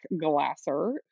glasser